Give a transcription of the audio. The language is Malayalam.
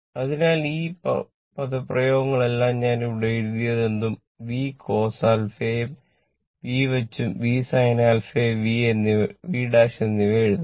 അതിനാൽ ഈ പദപ്രയോഗങ്ങളെല്ലാം ഞാൻ ഇവിടെ എഴുതിയതെന്തും VCos α യെ v വച്ചും V sin α യെ v എന്നി എഴുതുക